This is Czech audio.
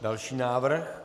Další návrh.